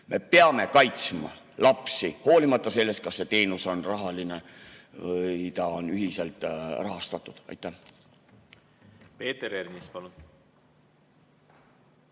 Me peame kaitsma lapsi hoolimata sellest, kas see teenus on rahaline või ta on ühiselt rahastatud. Aitäh! Peeter Ernits, palun!